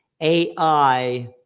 AI